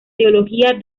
teología